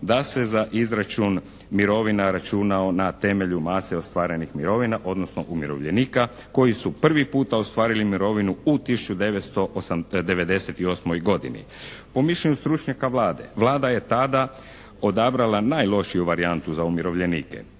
da se za izračun mirovina računao na temelju mase ostvarenih mirovina odnosno umirovljenika koji su prvi puta ostvarili mirovinu u 1998. godini. Po mišljenju stručnjaka Vlade, Vlada je tada odabrala najlošiju varijantu za umirovljenike.